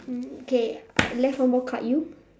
okay I left one more card you